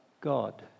God